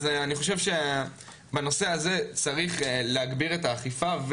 אז אני חושב שבנושא הזה צריך להגביר את האכיפה,